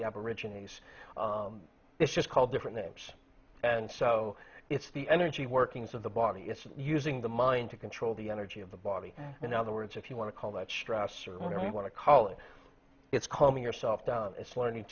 aborigines it's just called different names and so it's the energy workings of the body it's using the mind to control the energy of the body in other words if you want to call that stress or whatever you want to call it it's coming yourself down it's learning